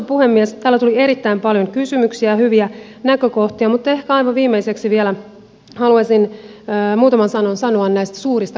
täällä tuli erittäin paljon kysymyksiä ja hyviä näkökohtia mutta ehkä aivan viimeiseksi vielä haluaisin muutaman sanan sanoa näistä suurista kaupunkiseuduista